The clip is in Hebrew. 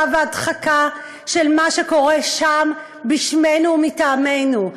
והדחקה של מה שקורה שם בשמנו ומטעמנו,